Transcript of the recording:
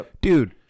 dude